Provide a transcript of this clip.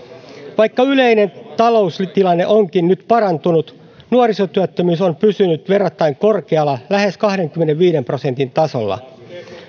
vaikka yleinen taloustilanne onkin nyt parantunut nuorisotyöttömyys on pysynyt verrattain korkealla lähes kahdenkymmenenviiden prosentin tasolla